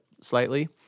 slightly